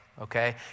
okay